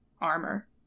armor